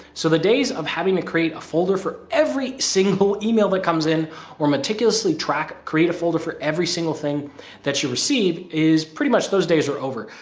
so the days of having to create a folder for every single email that comes in or meticulously track create a folder for every single thing that you received is pretty much those days are over.